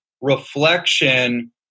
reflection